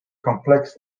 complex